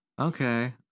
okay